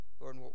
Lord